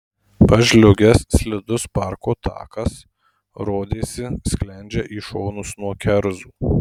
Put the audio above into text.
pažliugęs slidus parko takas rodėsi sklendžia į šonus nuo kerzų